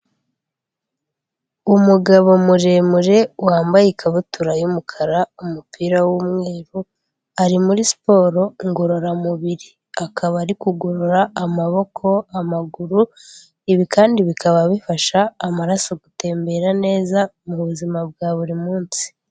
Umugabo muremure wambaye ikabutura y'umukara, umupira w'umweru, ari muri siporo ngororamubiri, akaba ari kugorora amaboko, amaguru, ibi kandi bikaba bifasha amaraso gutembera neza mu buzima bwa buri munsi.